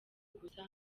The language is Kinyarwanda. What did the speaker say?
gusa